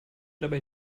dabei